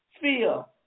feel